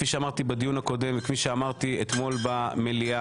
כפי שאמרתי בדיון הקודם וכפי שאמרתי אתמול במליאה,